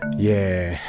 yeah.